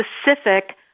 specific